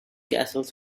castles